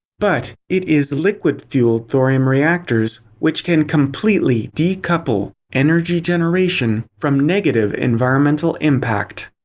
but, it is liquid fueled thorium reactors which can completely decouple energy generation from negative environmental impact.